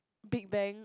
Big Bang